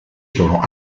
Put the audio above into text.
sono